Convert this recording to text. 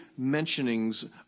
mentionings